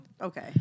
okay